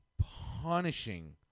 punishing